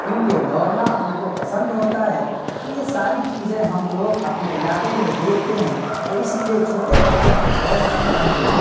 کیونکہ دوڑنا ان کو پسند ہوتا ہے تو یہ ساری چیزیں ہم لوگ اپنے علاقے میں دیکھتے ہیں تو اس لیے چھوٹے بچوں کو دوڑنا چاہیے